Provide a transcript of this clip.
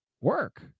work